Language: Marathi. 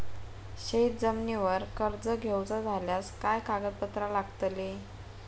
शेत जमिनीवर कर्ज घेऊचा झाल्यास काय कागदपत्र लागतली?